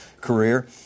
career